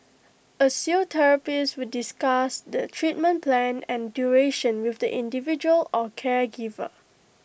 A physiotherapist would discuss the treatment plan and duration with the individual or caregiver